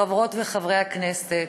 חברות וחברי הכנסת,